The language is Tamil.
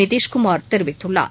நிதிஷ்குமார் தெரிவித்துள்ளார்